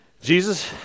Jesus